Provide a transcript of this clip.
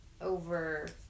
over